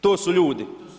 To su ljudi.